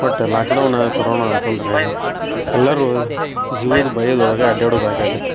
but lockdown corona ಅಂತಂದರೆ ಎಲ್ಲರೂ ಜೀವದ ಭಯದ ಒಳಗೆ ಅಡ್ಯಾಡುದ ಆಗಾಕತ್ತಿತ್ತು